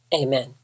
Amen